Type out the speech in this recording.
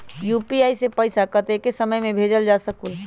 UPI से पैसा कतेक समय मे भेजल जा स्कूल?